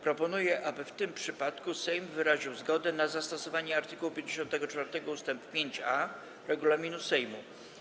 Proponuję, aby w tym przypadku Sejm wyraził zgodę na zastosowanie art. 54 ust. 5a regulaminu Sejmu.